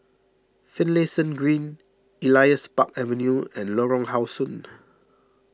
Finlayson Green Elias Park Avenue and Lorong How Sun